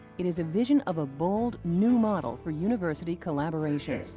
it is a vision of a bold, new model for university collaboration.